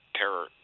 terror